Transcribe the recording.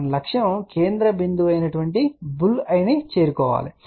మన లక్ష్యం కేంద్ర బిందువు అయిన బుల్ ఐ ను చేరుకోవడం గా పేర్కొనండి